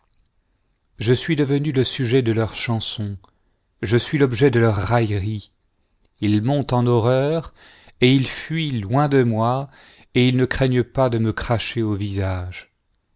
je suis devenu le sujet de leurs chansons je suis l'objet de leur raillerie il monte en horreur et ils fuient loin de moi et ils ne craignent pas de me cracher au visage